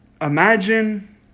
Imagine